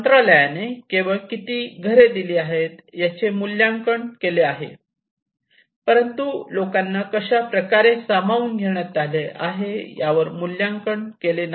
मंत्रालयाने केवळ किती घरे दिली आहेत याचे मूल्यांकन केले आहे परंतु लोकांना कशाप्रकारे सामावून घेण्यात आले आहे यावर मूल्यांकन केले नाही